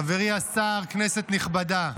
חברי השר, כנסת נכבדה,